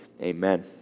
Amen